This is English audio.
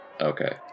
okay